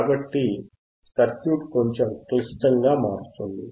కాబట్టి సర్క్యూట్ కొంచెం క్లిష్టంగా మారుతుంది